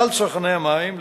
כלל צרכני המים,